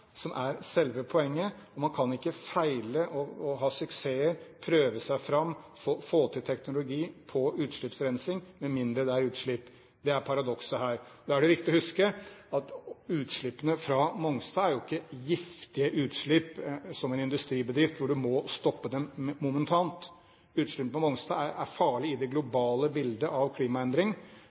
som er selve poenget. Man kan ikke feile og ha suksesser, prøve seg fram, få til teknologi på utslippsrensing, med mindre det er utslipp. Det er paradokset her. Da er det viktig å huske at uslippene fra Mongstad er jo ikke giftige utslipp som fra en industribedrift hvor du må stoppe dem momentant. Utslippene på Mongstad er farlige i det globale bildet av klimaendring,